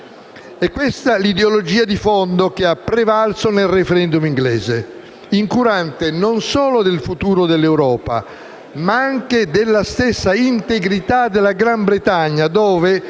È questa l'ideologia di fondo che ha prevalso nel *referendum* britannico, incurante non solo del futuro dell'Europa, ma anche della stessa integrità del Regno Unito dove,